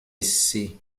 essi